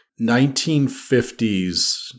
1950s